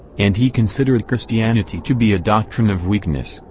and he considered christianity to be a doctrine of weakness,